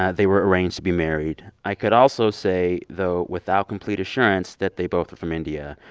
ah they were arranged to be married. i could also say, though, without complete assurance, that they both were from india.